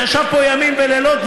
שישב פה ימים ולילות,